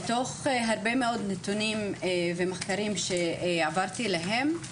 מתוך הרבה מאוד נתונים ומחקרים שעברתי עליהם,